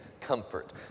comfort